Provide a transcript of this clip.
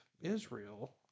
Israel